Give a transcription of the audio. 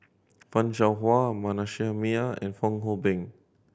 Fan Shao Hua Manasseh Meyer and Fong Hoe Beng